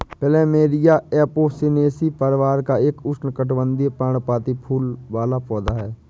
plumeria Apocynaceae परिवार का एक उष्णकटिबंधीय, पर्णपाती फूल वाला पौधा है